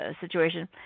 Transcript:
situation